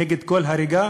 נגד כל הריגה